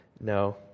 no